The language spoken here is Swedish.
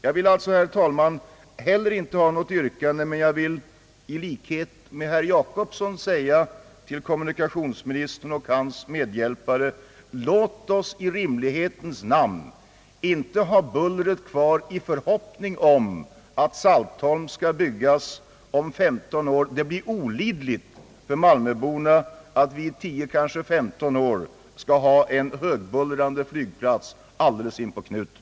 Jag har alltså, herr talman, inte heller något yrkande men vill i likhet med herr Gösta Jacobsson säga till kommunikationsministern och hans medbhjälpare: Låt oss i rimlighetens namn inte ha bullret kvar i förhoppning om att Saltholm skall byggas ut om 15 år. Det blir olidligt för malmöborna att i 10 kanske 15 år ha en högbullrande flygplats alldeles inpå knutarna.